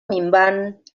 minvant